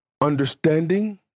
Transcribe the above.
understanding